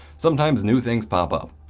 sometimes new things pop up.